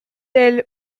elle